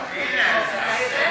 ועוברת לוועדת החוקה,